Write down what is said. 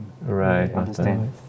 Right